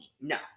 no